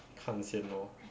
看先 lor